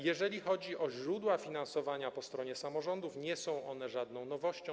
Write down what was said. Jeżeli chodzi o źródła finansowania po stronie samorządów, nie są one żadną nowością.